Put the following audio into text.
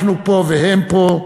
אנחנו פה והם פה.